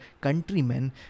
countrymen